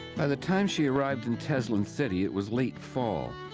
by the time she arrived in teslin city, it was late fall.